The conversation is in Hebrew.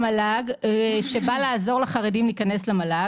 אני נפגשתי עם נציג המל"ג שבא לעזור לחרדים להיכנס למל"ג